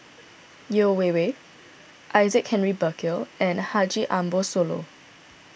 Yeo Wei Wei Isaac Henry Burkill and Haji Ambo Sooloh